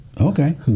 Okay